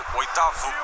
oitavo